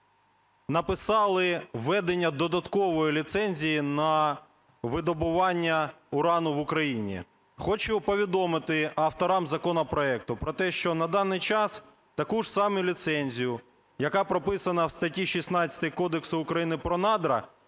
написали введення додаткової ліцензії на видобування урану в Україні? Хочу повідомити авторам законопроекту про те, що наданий час таку ж саму ліцензію, яка прописана в статті 16 Кодексу України про надра,